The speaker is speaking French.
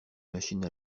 machines